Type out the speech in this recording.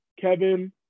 Kevin